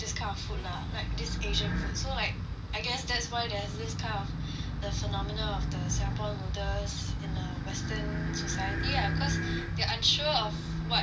lah like this asian food so like I guess that's why there's this kind of phenomena of the singapore noodles in the western society ah cause they're unsure of what